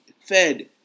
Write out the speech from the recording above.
fed